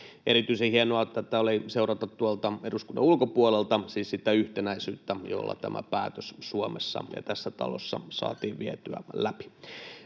Erityisen hienoa tätä oli seurata tuolta eduskunnan ulkopuolelta, siis sitä yhtenäisyyttä, jolla tämä päätös Suomessa ja tässä talossa saatiin vietyä läpi.